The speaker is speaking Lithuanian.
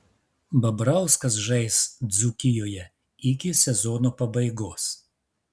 babrauskas žais dzūkijoje iki sezono pabaigos